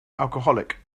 alcoholic